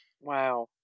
Wow